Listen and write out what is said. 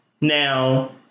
Now